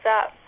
up